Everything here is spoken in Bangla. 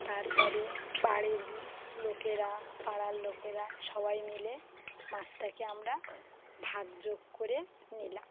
তারপরে বাড়ির লোকেরা পাড়ার লোকেরা সবাই মিলে মাছটাকে আমরা ভাগযোগ করে নিলাম